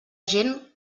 gent